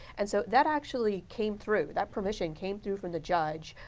and so, that actually came through. that permission came through from the judge.